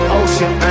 ocean